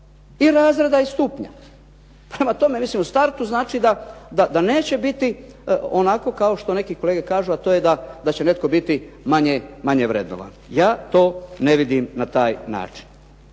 i razreda i stupnja. Prema tome, mislim u startu znači da neće biti onako kao što neki kolege kažu da će netko biti manje vrednovan. Ja to ne vidim na taj način.